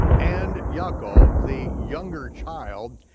and yaakov the younger child,